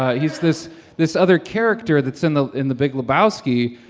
he's this this other character that's in the in the big lebowski,